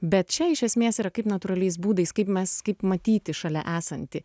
bet čia iš esmės yra kaip natūraliais būdais kaip mes kaip matyti šalia esantį